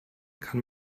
kann